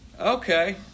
Okay